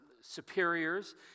superiors